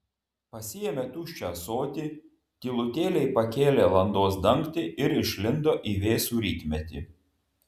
pasiėmė tuščią ąsotį tylutėliai pakėlė landos dangtį ir išlindo į vėsų rytmetį